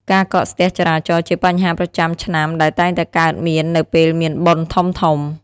ការកកស្ទះចរាចរណ៍ជាបញ្ហាប្រចាំឆ្នាំដែលតែងតែកើតមាននៅពេលមានបុណ្យធំៗ។